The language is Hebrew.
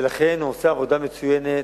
הוא עושה עבודה מצוינת,